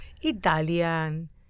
Italian